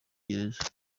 gereza